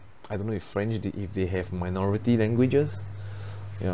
I don't know if french the~ if they have minority languages ya